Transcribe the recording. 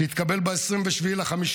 שהתקבל ב-27 במאי.